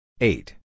Eight